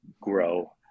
grow